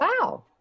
wow